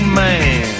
man